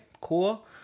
cool